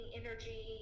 energy